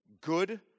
good